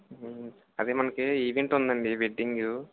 అదే మనకి ఈవెంట్ ఉందండి వెడ్డింగు